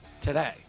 today